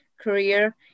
career